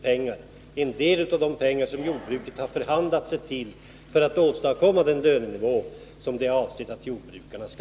Det utgör en del av de pengar som jordbruket har förhandlat sig till för att åstadkomma den lönenivå som avsetts för jordbrukarna.